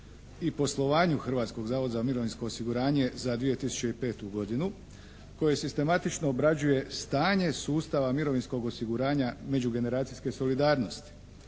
i poslovanju Hrvatskog zavoda za mirovinsko osiguranje za 2005. godinu koje sistematično obrađuje stanje sustava mirovinskog osiguranja međugeneracijske solidarnosti,